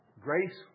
grace